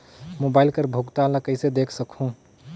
Mobile कर भुगतान ला कइसे देख सकहुं?